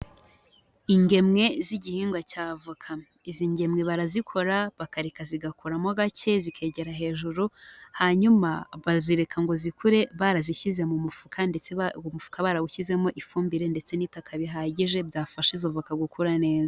Ingemwe z'igihingwa cy'avoka. Izi ngemwe barazikora bakareka zigakoramo gake zikegera hejuru, hanyuma bazireka ngo zikure, barazishyize mu mufuka ndetse uwo mufuka barawushyizemo ifumbire ndetse n'itaka bihagije byafasha izo voka gukura neza.